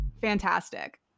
fantastic